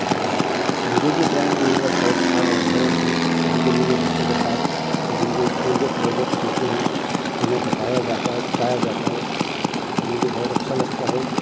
اور مجھے بھی ڈرائنگ کرنے کا شوق تھا اور ہے اب بھی کبھی کبھی میں بچوں کے ساتھ جب ان کو اسکول کے پروجیکٹس ہوتے ہیں انہیں بتایا جاتا ہے سکھایا جاتا ہے تو مجھے بہت اچھا لگتا ہے